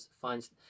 finds